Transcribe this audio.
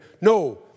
No